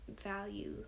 value